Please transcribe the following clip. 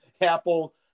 Apple